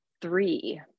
three